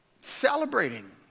celebrating